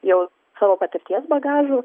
jau savo patirties bagažu